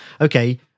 okay